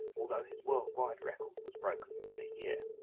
although his worldwide record was broken within a year.